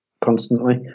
constantly